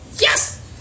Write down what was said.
Yes